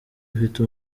afite